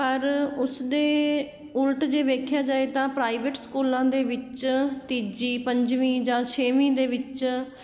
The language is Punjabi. ਪਰ ਉਸ ਦੇ ਉਲਟ ਜੇ ਵੇਖਿਆ ਜਾਵੇ ਤਾਂ ਪ੍ਰਾਈਵੇਟ ਸਕੂਲਾਂ ਦੇ ਵਿੱਚ ਤੀਜੀ ਪੰਜਵੀਂ ਜਾਂ ਛੇਵੀਂ ਦੇ ਵਿੱਚ